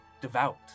devout